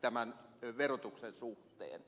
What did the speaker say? tämän verotuksen suhteen